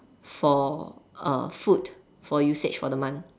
for uh food for usage for the month